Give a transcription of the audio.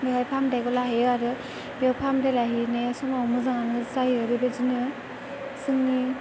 देहा फाहामथायखौ लाहैयो आरो बेयाव फाहामथाय लाहैनाय समाव मोजाङानो जायो बेबायदिनो जोंनि